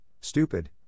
stupid